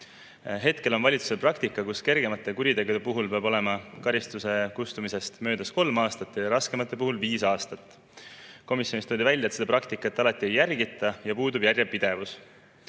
Hetkel on valitsuse praktika, et kergemate kuritegude puhul peab olema karistuse kustumisest möödas kolm aastat ja raskemate puhul viis aastat. Komisjonis toodi välja, et seda praktikat alati ei järgita ja puudub järjepidevus.